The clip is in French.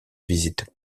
visite